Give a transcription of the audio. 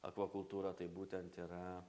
akvakultūra tai būtent yra